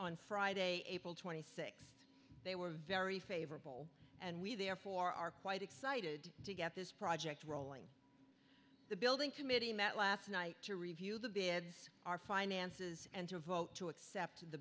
on friday april th they were very favorable and we therefore are quite excited to get this project rolling the building committee met last night to review the beds our finances and to vote to accept the